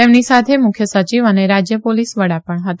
તેમની સાથે મુખ્ય સચિવ અને રાજય પોલીસ વડા પણ હતા